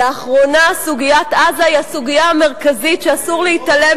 לאחרונה סוגיית עזה היא הסוגיה המרכזית שאסור להתעלם